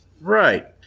Right